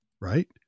right